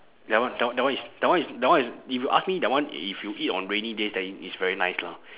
that one that one that one is that one is if you ask me that one if you eat on rainy days then it's very nice lah